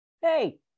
hey